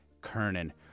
Kernan